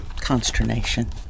consternation